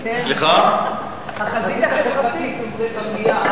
החזית החברתית נמצאת במליאה.